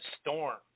storm